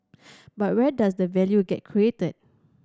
but where does the value get created